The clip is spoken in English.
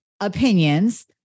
opinions